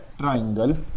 triangle